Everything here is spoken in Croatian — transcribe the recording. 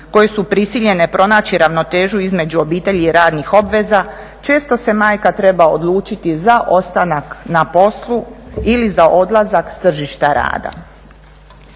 koje su prisiljene pronaći ravnotežu između obitelji i radnih obveza, često se majka treba odlučiti za ostanak na poslu ili za odlazak s tržišta rada.